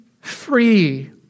free